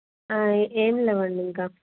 ఏం లేవండి ఇంకా